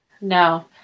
No